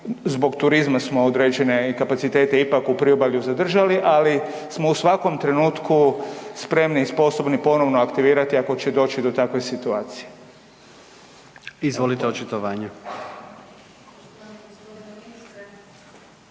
zbog turizma smo određene kapacitete ipak u priobalju zadržali, ali smo u svakom trenutku spremni i sposobni ponovno aktivirati ako će doći do takve situacije. **Jandroković,